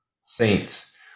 Saints